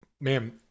Ma'am